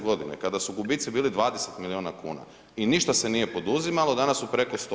Godine kada su gubici bili 20 milijuna kuna i ništa se nije poduzimalo, danas su preko 100.